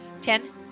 ten